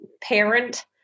parent